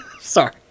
Sorry